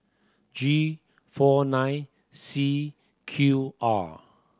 G four nine C Q R